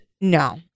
No